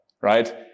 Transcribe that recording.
right